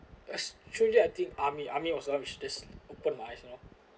as children I think army army was the one that just open my eyes you know